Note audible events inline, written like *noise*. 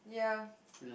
yeah *breath*